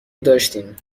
داشتیم